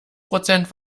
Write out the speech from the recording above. prozent